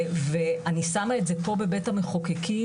ואני שמה את זה פה בבית המחוקקים,